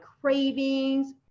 cravings